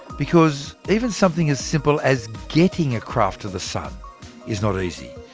because even something as simple as getting a craft to the sun is not easy.